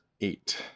eight